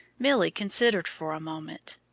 milly considered for a moment.